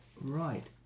Right